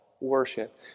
worship